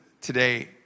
today